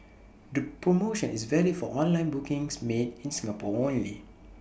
the promotion is valid for online bookings made in Singapore only